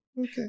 Okay